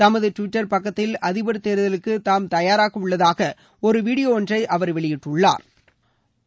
தமது டுவிட்டர் பக்கத்தில் அதிபர் தேர்தலுக்கு தாம் தயாராக உள்ளதாக ஒரு வீடியோ வெளியிட்டு தெரிவித்துள்ளார்